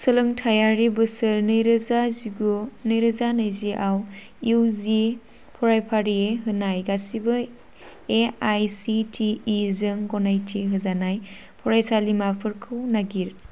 सोलोंथायारि बोसोर नैरोजा जिगु नैरोजा नैजिआव इउ जि फरायफारि होनाय गासिबो ए आइ सि टि इ जों गनायथि होजानाय फरायसालिमाफोरखौ नागिर